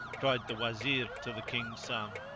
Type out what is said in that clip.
cried the wazir to the king's son,